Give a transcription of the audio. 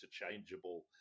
interchangeable